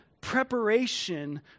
preparation